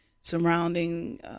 surrounding